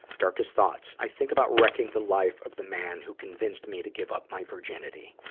darkest thoughts. i think about wrecking the life of the man who convinced me to give up my virginity.